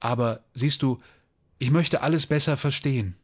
aber ja siehst du ich möchte alles besser verstehen